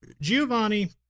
Giovanni